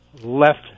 left